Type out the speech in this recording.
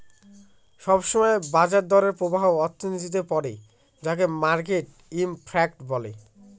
সব সময় বাজার দরের প্রভাব অর্থনীতিতে পড়ে যাকে মার্কেট ইমপ্যাক্ট বলে